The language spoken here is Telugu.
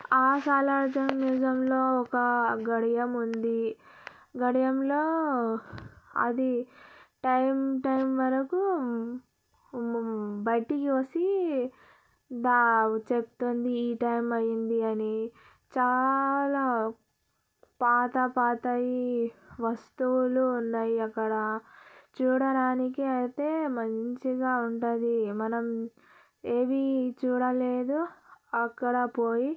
ఆ సాలార్జంగ్ మ్యూజియంలో ఒక గడియం ఉంది గడియంలో అది టైం టైం వరకు బయటికి వచ్చి చెప్తుంది టైం అయింది అని చాలా పాత పాతవి వస్తువులు ఉన్నాయి అక్కడ చూడడానికి అయితే మంచిగా ఉంటుంది మనం ఏమి చూడలేదో అక్కడ పోయి